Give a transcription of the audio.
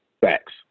Facts